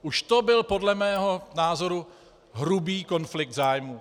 Už to byl podle mého názoru hrubý konflikt zájmů.